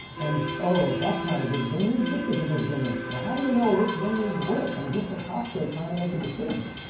and oh, that's not a good vineyard, this is a good vineyard. well, how do you know which vineyard's which? i'm just at costco, trying to make a decision.